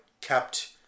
kept